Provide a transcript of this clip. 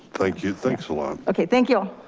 thank you, thanks a lot. okay, thank you.